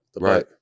right